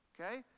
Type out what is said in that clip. okay